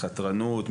לחתרנות,